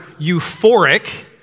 euphoric